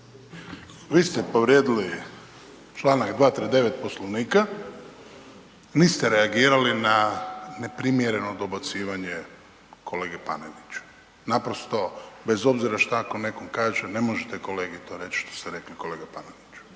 Vi ste povrijedili Članak 239. Poslovnika, niste reagirali na neprimjerno dobacivanje kolege Paneniću, naprosto bez obzira šta ako neko kaže ne možete kolegi to reći što ste rekli kolega Paneniću.